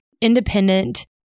independent